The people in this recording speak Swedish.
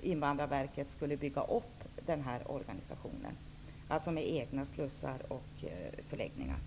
Invandrarverket skulle bygga upp den här organisationen med egna slussar och förläggningar.